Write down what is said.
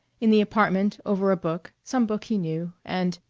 in the apartment over a book, some book he knew, and,